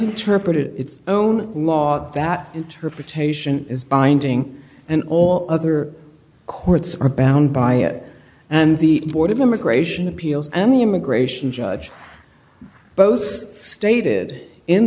interpreted its own law that interpretation is binding and all other courts are bound by it and the board of immigration appeals and the immigration judge both stated in